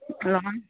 hello